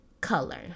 color